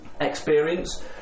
experience